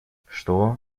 что